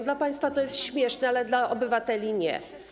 Dla państwa to jest śmieszne, ale dla obywateli nie.